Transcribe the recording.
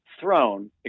throne